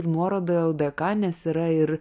ir nuoroda ldk nes yra ir